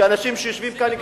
שאנשים שיושבים כאן,